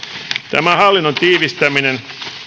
tämän hallinnon tiivistämisen